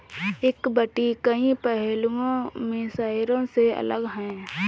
equity कई पहलुओं में शेयरों से अलग है